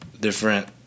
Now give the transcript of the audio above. different